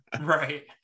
Right